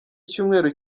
icyumweru